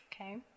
Okay